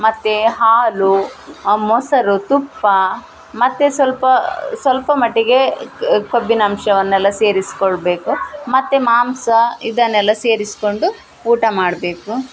ಮತ್ತು ಹಾಲು ಮೊಸರು ತುಪ್ಪ ಮತ್ತು ಸ್ವಲ್ಪ ಸ್ವಲ್ಪ ಮಟ್ಟಿಗೆ ಕೊಬ್ಬಿನಂಶವನ್ನೆಲ್ಲ ಸೇರಿಸಿಕೊಳ್ಬೇಕು ಮತ್ತು ಮಾಂಸ ಇದನ್ನೆಲ್ಲ ಸೇರಿಸಿಕೊಂಡು ಊಟ ಮಾಡಬೇಕು